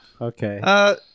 Okay